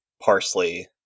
parsley